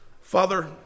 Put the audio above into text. Father